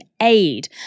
aid